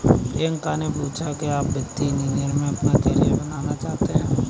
प्रियंका ने पूछा कि क्या आप वित्तीय इंजीनियरिंग में अपना कैरियर बनाना चाहते हैं?